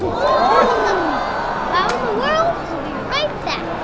and wow in the world will be right back.